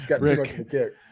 Rick